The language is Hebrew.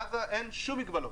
בעזה אין שום מגבלות.